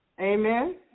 Amen